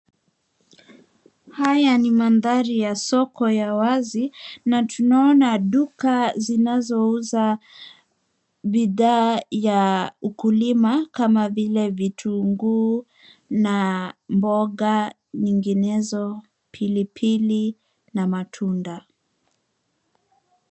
Haya ni mandhari ya soko ya wazi na tunaona duka zinazouza bidhaa ya ukulima kama vile vitunguu, na mboga nyinginezo pilipili na matunda.